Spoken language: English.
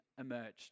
emerged